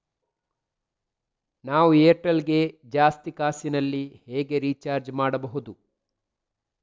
ನಾವು ಏರ್ಟೆಲ್ ಗೆ ಜಾಸ್ತಿ ಕಾಸಿನಲಿ ಹೇಗೆ ರಿಚಾರ್ಜ್ ಮಾಡ್ಬಾಹುದು?